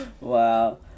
Wow